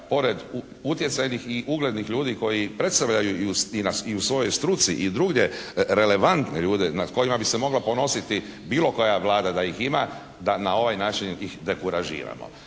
pored utjecajnih i uglednih ljudi koji predstavljaju nas i u svojoj struci i drugdje relevantne ljude nad kojima bi se mogla ponositi bilo koja Vlada da ih ima da na ovaj način ih dekuraživamo.